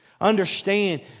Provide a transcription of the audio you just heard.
Understand